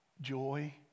joy